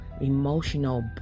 emotional